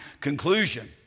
conclusion